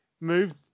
moved